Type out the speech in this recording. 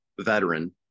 veteran